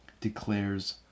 declares